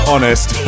Honest